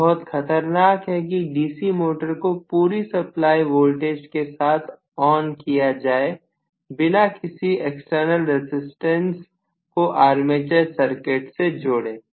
ये बहुत खतरनाक है कि डीसी मोटर को पूरी सप्लाई वोल्टेज के साथ ON किया जाए बिना किसी एक्सटर्नल रेजिस्टेंस को आर्मेचर सर्किट में जोड़ें